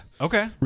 Okay